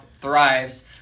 thrives